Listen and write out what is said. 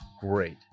great